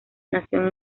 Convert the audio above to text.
nació